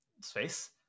space